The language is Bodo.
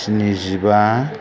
स्नि जिबा